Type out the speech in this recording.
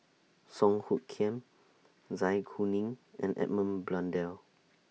Song Hoot Kiam Zai Kuning and Edmund Blundell